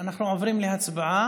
אנחנו עוברים להצבעה.